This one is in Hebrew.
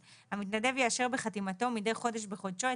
המתנדב יאשר בחתימתו מידי חודש בחודשו את